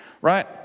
right